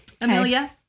Amelia